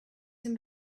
him